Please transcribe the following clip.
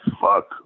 fuck